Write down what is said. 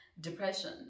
depression